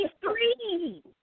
three